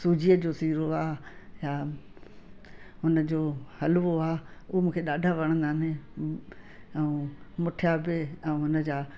सूजीअ जो सीरो आहे या हुनजो हलवो आहे उहो मूंखे ॾाढा वणंदा आहिनि उ ऐं मुठिया बि ऐं हुनजा